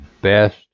best